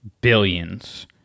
billions